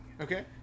Okay